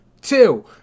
two